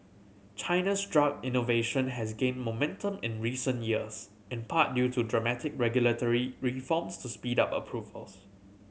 China's drug innovation has gained momentum in recent years in part due to dramatic regulatory reforms to speed up approvals